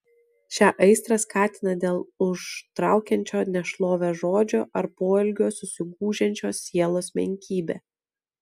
šią aistrą skatina dėl užtraukiančio nešlovę žodžio ar poelgio susigūžiančios sielos menkybė